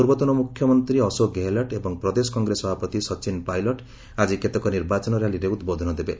ପୂର୍ବତନ ମୁଖ୍ୟମନ୍ତ୍ରୀ ଅଶୋକ ଗେହଲଟ୍ ଏବଂ ପ୍ରଦେଶ କଂଗ୍ରେସ ସଭାପତି ସଚିନ୍ ପାଇଲଟ୍ ଆଜି କେତେକ ନିର୍ବାଚନ ର୍ୟାଲିରେ ଉଦ୍ବୋଧନ ଦେବେ